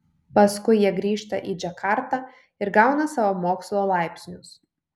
paskui jie grįžta į džakartą ir gauna savo mokslo laipsnius